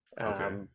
Okay